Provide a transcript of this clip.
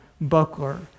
buckler